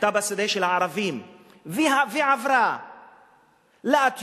היתה בשדה של הערבים ועברה לאתיופים,